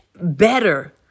better